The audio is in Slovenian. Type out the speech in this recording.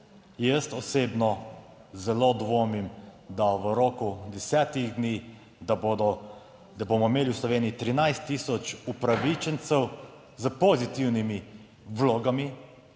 Jaz osebno zelo dvomim, da v roku desetih dni, da bodo, da bomo imeli v Sloveniji 13000 upravičencev s pozitivnimi vlogami.